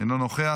אינו נוכח,